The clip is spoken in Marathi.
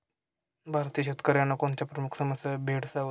भारतीय शेतकऱ्यांना कोणत्या प्रमुख समस्या भेडसावत आहेत?